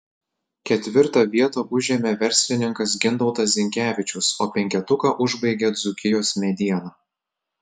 ketvirtą vietą užėmė verslininkas gintautas zinkevičius o penketuką užbaigė dzūkijos mediena